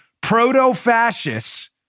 proto-fascists